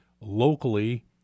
locally